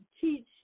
teach